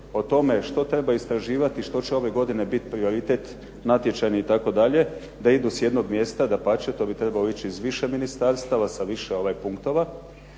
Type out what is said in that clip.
o tome što treba istraživati, što će ove godine biti prioritet natječajni itd. da idu s jednog mjesta dapače, to bi trebalo ići iz više ministarstava sa više punktova,